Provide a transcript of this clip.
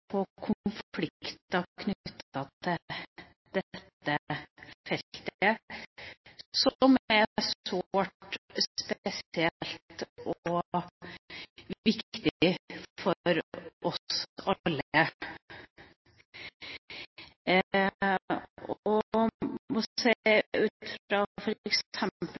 konflikter knyttet til dette feltet, som er sårt, spesielt og viktig for oss alle.